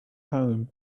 home